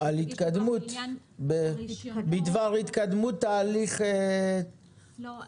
לעניין הרישיונות -- בדבר התקדמות תהליך -- אנחנו